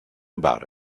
about